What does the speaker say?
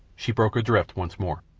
she broke adrift once more.